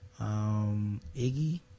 Iggy